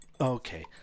Okay